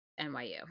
NYU